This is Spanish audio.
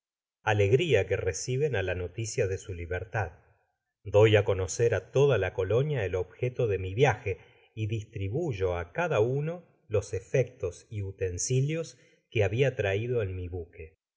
alegría que reciben á la noticia de su libertad doy conocer a toda la colonia el objeto de mi viaje y distribuyo a oada uno los efectos y utensilios que habia traído en mi buque